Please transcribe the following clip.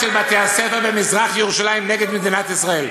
מבתי-הספר במזרח-ירושלים נגד מדינת ישראל,